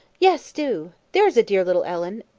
yes, do, there's a dear little ellen,